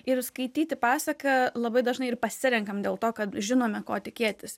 ir skaityti pasaką labai dažnai ir pasirenkam dėl to kad žinome ko tikėtis